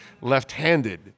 left-handed